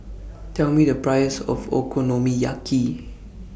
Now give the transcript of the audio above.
Tell Me The Price of Okonomiyaki